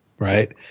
Right